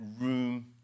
room